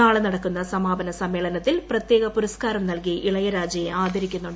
നാളെ നടക്കുന്ന സമാപന സമ്മേളനത്തിൽ പ്രത്യേക പുരസ്കാരം നൽകി ഇളയരാജയെ ആദരിക്കുന്നുണ്ട്